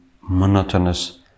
monotonous